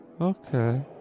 Okay